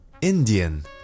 Indian